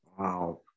Wow